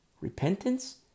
repentance